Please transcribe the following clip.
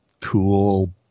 cool